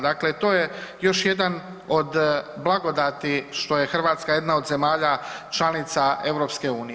Dakle, to je još jedan od blagodati što je Hrvatska jedna od zemalja članica EU.